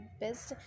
best